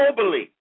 globally